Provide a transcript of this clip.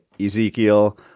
ezekiel